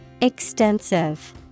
Extensive